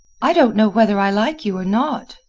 i don't know whether i like you or not,